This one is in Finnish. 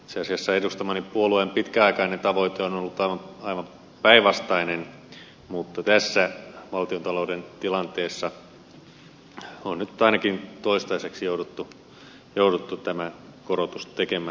itse asiassa edustamani puolueen pitkäaikainen tavoite on ollut aivan päinvastainen mutta tässä valtiontalouden tilanteessa on nyt ainakin toistaiseksi jouduttu tämä korotus tekemään